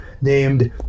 named